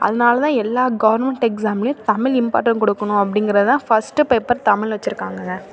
அதனால தான் எல்லா கவர்மெண்ட் எக்ஸாம்லேயும் தமிழ் இம்பாட்ரண் கொடுக்கணும் அப்படிங்குறதுதான் ஃபஸ்ட்டு பேப்பர் தமிழ் வச்சிருக்காங்க